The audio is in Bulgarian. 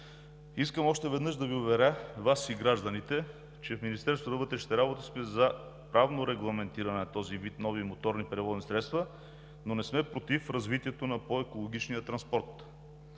Искам още веднъж да Ви уверя Вас и гражданите, че в Министерството на вътрешните работи сме за правно регламентиране на този вид нови моторни превозни средства, но не сме против развитието на по-екологичния транспорт.